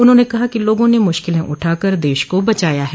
उन्होंने कहा कि लोगों ने मुश्किलें उठाकर देश को बचाया है